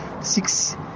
Six